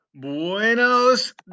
Buenos